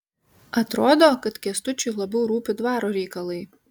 atrodo kad kęstučiui labiau rūpi dvaro reikalai